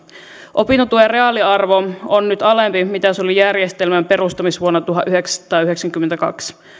opintotuen reaaliarvo on nyt alempi kuin mitä se oli järjestelmän perustamisvuonna tuhatyhdeksänsataayhdeksänkymmentäkaksi